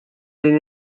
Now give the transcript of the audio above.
lejn